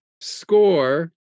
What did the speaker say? score